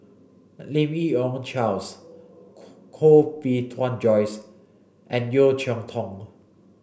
Lim Yi Yong Charles Koh Bee Tuan Joyce and Yeo Cheow Tong